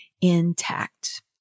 intact